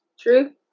true